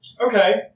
Okay